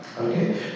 Okay